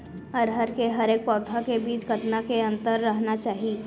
अरहर के हरेक पौधा के बीच कतना के अंतर रखना चाही?